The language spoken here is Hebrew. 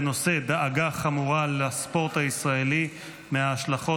בנושא: דאגה חמורה לספורט הישראלי מההשלכות